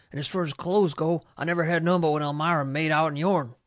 and as fur as clothes goes, i never had none but what elmira made out'n yourn.